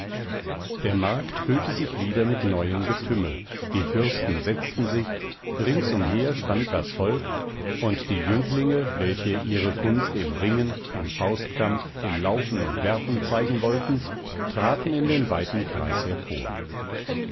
der markt füllte sich wieder mit neuem getümmel die fürsten setzten sich rings umher stand das volk und die jünglinge welche ihre kunst im ringen im faustkampf im laufen und werfen zeigen wollten traten in den weiten kreis hervor